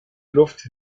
luft